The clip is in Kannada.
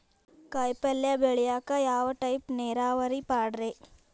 ಕಾಯಿಪಲ್ಯ ಬೆಳಿಯಾಕ ಯಾವ ಟೈಪ್ ನೇರಾವರಿ ಪಾಡ್ರೇ?